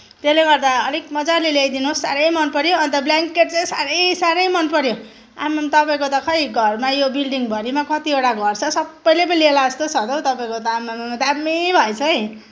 त्यसले गर्दा अलिक मजाले ल्याइदिनुहोस् साह्रै मन पऱ्यो अनि त ब्ल्याङ्केट चाहिँ साह्रै साह्रै मन पऱ्यो आम्मम तपाईँको त खोइ घरमा यो बिल्डिङभरिमा कतिवटा घर छ सबैले पो लिएला जस्तो छ त तपाईँको त आम्मै हो दामी भएछ है